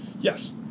yes